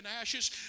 ashes